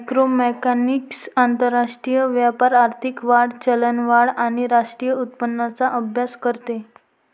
macroeconomics आंतरराष्ट्रीय व्यापार, आर्थिक वाढ, चलनवाढ आणि राष्ट्रीय उत्पन्नाचा अभ्यास करते